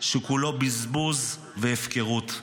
שכולו בזבוז והפקרות.